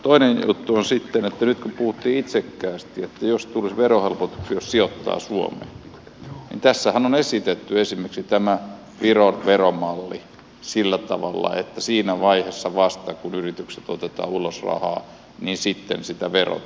toinen juttu on sitten että nyt kun puhuttiin itsekkäästi että jos tulisi verohelpotuksia jos sijoittaa suomeen niin tässähän on esitetty esimerkiksi tämä viron veromalli sillä tavalla että siinä vaiheessa vasta kun yrityksestä otetaan ulos rahaa sitä verotetaan